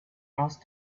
asked